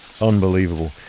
Unbelievable